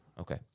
Okay